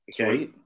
Okay